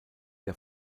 der